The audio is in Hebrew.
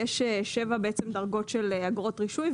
יש שבע דרגות של אגרות רישוי,